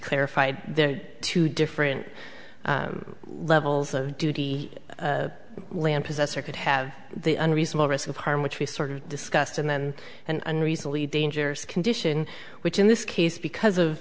clarified that two different levels of duty land possessor could have the unreasonable risk of harm which was sort of discussed and then an unreasonably dangerous condition which in this case because of